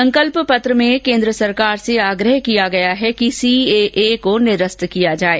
संकल्प पत्र में केन्द्र सरकार से आग्रह किया गया है कि सीएए को निरस्त किया जाये